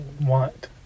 want